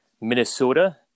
Minnesota